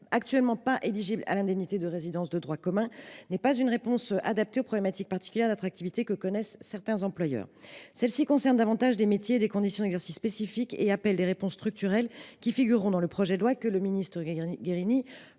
actuellement pas éligibles à l’indemnité de résidence de droit commun n’est pas une réponse adaptée aux problématiques particulières d’attractivité que connaissent certains employeurs. Celles ci concernent davantage des métiers et des conditions d’exercice spécifiques et appellent des réponses structurelles, qui figureront dans le projet de loi que mon collègue